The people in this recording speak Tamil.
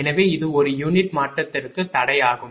எனவே இது ஒரு யூனிட் மாற்றத்திற்கு தடையாகும்